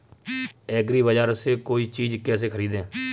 एग्रीबाजार से कोई चीज केसे खरीदें?